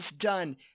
done